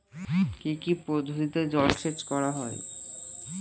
কি কি পদ্ধতিতে জলসেচ করা হয়?